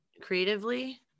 creatively